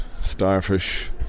starfish